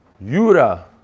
Yura